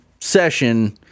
session